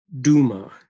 Duma